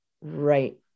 right